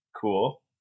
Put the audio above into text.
cool